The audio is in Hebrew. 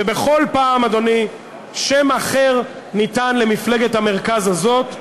ובכל פעם, אדוני, שם אחר ניתן למפלגת המרכז הזאת.